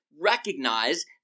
recognize